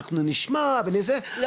"..אנחנו נשמע וזה..",